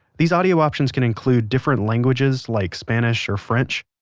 these audio options can include different languages like spanish or french.